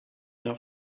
nor